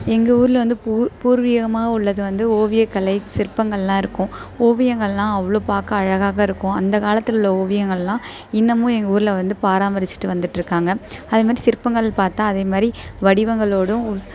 எங்கள் ஊரில் வந்து பூர் பூர்வீகமாக உள்ளது வந்து ஓவியக்கலை சிற்பங்களெலாம் இருக்கும் ஓவியங்களெலாம் அவ்வளோ பார்க்க அழகாக இருக்கும் அந்த காலத்தில் உள்ள ஓவியங்களெலாம் இன்னமும் எங்கள் ஊரில் வந்து பாராமரிச்சுட்டு வந்துட்டு இருக்காங்க அது மாதிரி சிற்பங்கள் பார்த்தா அதே மாதிரி வடிவங்களோடும்